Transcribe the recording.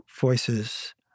voices